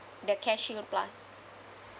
the CareShield Plus